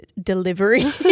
delivery